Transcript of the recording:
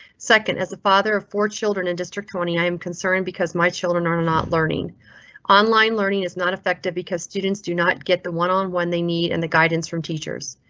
second as a father of four children in district tony, i am concerned because my children are and not learning on line. learning is not affected because students do not get the one on when they need and the guidance from teachers.